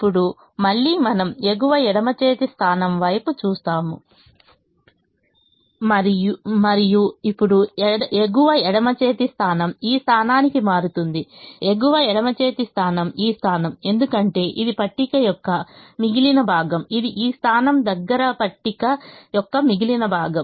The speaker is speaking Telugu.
ఇప్పుడు మళ్ళీ మనం ఎగువ ఎడమ చేతి స్థానం వైపు చూస్తాము మరియు ఇప్పుడు ఎగువ ఎడమ చేతి స్థానం ఈ స్థానానికి మారుతుంది ఎగువ ఎడమ చేతి స్థానం ఈ స్థానం ఎందుకంటే ఇది పట్టిక యొక్క మిగిలిన భాగం ఇది ఈ స్థానం దగ్గర పట్టిక యొక్క మిగిలిన భాగం